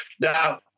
Now